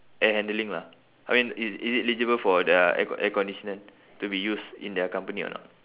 air handling lah I mean is is it eligible for their air air conditioner to be used in their company or not